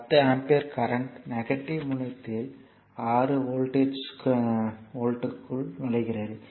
10 ampere current negative முனையத்தில் 6 வோல்ட்க்குள் நுழைகிறது